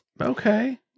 Okay